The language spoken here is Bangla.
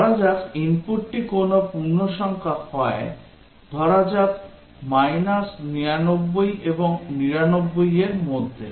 ধরা যাক ইনপুটটি কোনও পূর্ণসংখ্যা হয় ধরা যাক minus 99 এবং 99 এর মধ্যে